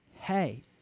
hey